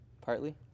Partly